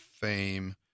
fame